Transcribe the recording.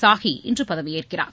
சாஹி இன்று பதவியேற்கிறார்